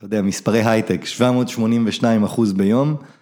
אתה יודע, מספרי הייטק 782 אחוז ביום.